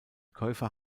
käufer